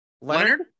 leonard